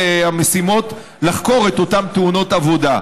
יהיו משימות לחקור את אותן תאונות עבודה.